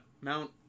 Mount